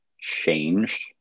changed